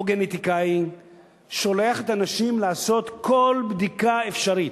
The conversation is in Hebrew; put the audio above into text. גנטיקאי שולח את הנשים לעשות כל בדיקה אפשרית,